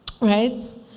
Right